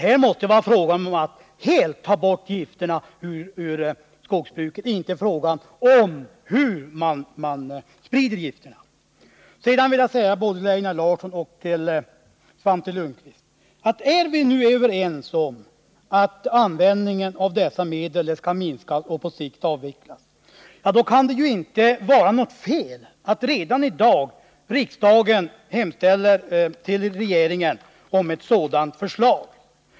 Här måste det vara fråga om att helt ta bort gifterna från skogsbruket, inte fråga om hur man skall sprida gifterna. Sedan vill jag säga en sak både till Einar Larsson och till Svante Lundkvist. Om vi nu är överens om att användningen av dessa medel skall minskas och 63 på sikt avvecklas, då kan det väl inte vara något fel att riksdagen redan i dag hemställer hos regeringen om ett sådant förslag.